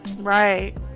Right